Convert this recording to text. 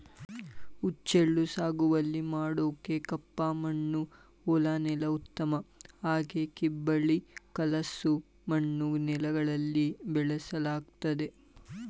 ಹುಚ್ಚೆಳ್ಳು ಸಾಗುವಳಿ ಮಾಡೋಕೆ ಕಪ್ಪಮಣ್ಣು ಹೊಲ ನೆಲ ಉತ್ತಮ ಹಾಗೆ ಕಿಬ್ಬಳಿ ಕಲಸು ಮಣ್ಣು ನೆಲಗಳಲ್ಲಿ ಬೆಳೆಸಲಾಗ್ತದೆ